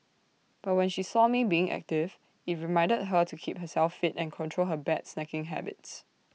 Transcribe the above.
but when she saw me being active IT reminded her to keep herself fit and control her bad snacking habits